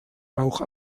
auch